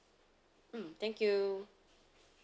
mm thank you